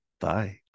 Bye